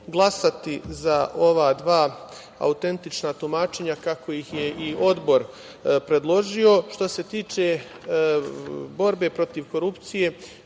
za ova dva autentična tumačenja kako ih je i odbor predložio. Što se tiče borbe protiv korupcije,